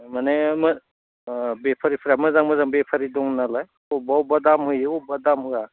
माने बेफारिफोरा मोजां मोजां बेफारि दङ नालाय अबेबा अबेबा दाम होयो अबेबा दाम होआ